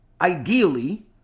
ideally